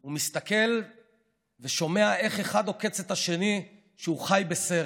הוא מסתכל ושומע איך אחד עוקץ את השני שהוא חי בסרט.